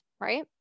right